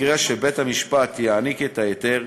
במקרה שבית-המשפט יעניק את ההיתר,